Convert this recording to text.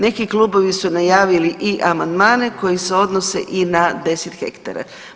Neki klubovi su najavili i amandmane koji se odnose i na 10 hektara.